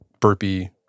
burpee